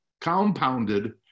compounded